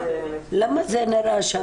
הכללי לדיון הזה,